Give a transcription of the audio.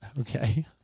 Okay